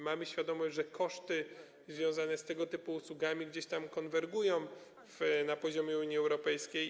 Mamy świadomość, że koszty związane z tego typu usługami gdzieś tam konwergują na poziomie Unii Europejskiej.